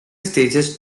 stages